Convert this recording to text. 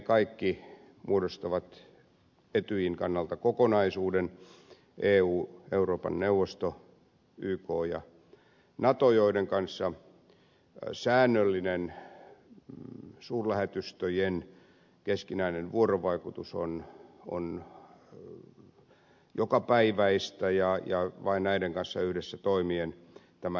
ne kaikki muodostavat etyjin kannalta kokonaisuuden eu euroopan neuvosto yk ja nato ja näillä säännöllinen suurlähetystöjen keskinäinen vuorovaikutus on jokapäiväistä ja näiden kanssa yhdessä toimien asioita hoidetaan